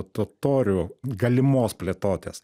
totorių galimos plėtotės